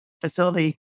facility